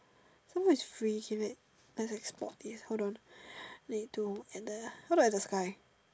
so what is free hermit I have spot here hold on need to at the how look at the sky